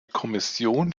kommission